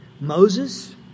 Moses